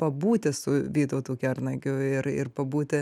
pabūti su vytautu kernagiu ir ir pabūti